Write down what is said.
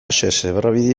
zebrabide